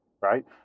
right